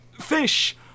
fish